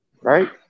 Right